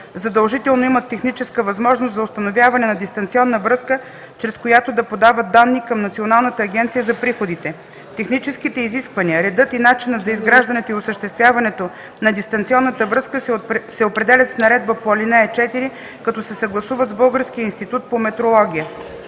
задължително имат техническа възможност за установяване на дистанционна връзка, чрез която да подават данни към Националната агенция за приходите. Техническите изисквания, редът и начинът за изграждането и осъществяването на дистанционната връзка се определят с наредбата по ал. 4, като се съгласуват с Българския институт по метрология.